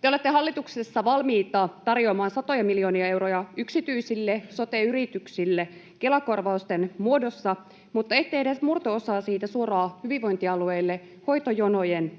Te olette hallituksessa valmiita tarjoamaan satoja miljoonia euroja yksityisille sote-yrityksille Kela-korvausten muodossa mutta ette edes murto-osaa siitä suoraan hyvinvointialueille hoitojonojen